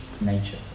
nature